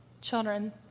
children